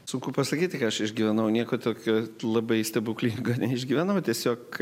sunku pasakyti ką aš išgyvenau nieko tokio labai stebuklingo neišgyvenau tiesiog